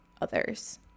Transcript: others